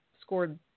scored